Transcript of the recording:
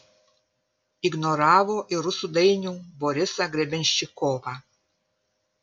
ignoravo ir rusų dainių borisą grebenščikovą